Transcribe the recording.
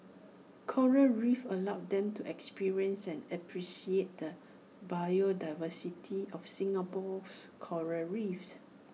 Coral reefs allows them to experience and appreciate the biodiversity of Singapore's Coral reefs